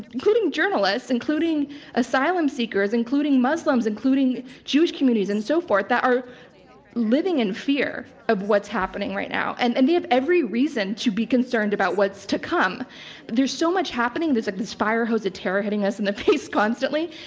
including journalists, including asylum-seekers, including muslims, including jewish communities, and so forth, that are living in fear of what's happening right now. and and they have every reason to be concerned about what's to come. but there's so much happening, there's this firehose of terror hitting us in the face constantly.